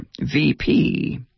VP